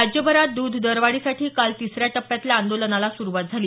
राज्यभरात द्रध दरवाढीसाठी काल तिसऱ्या टप्प्यातल्या आंदोलनाला सुरूवात झाली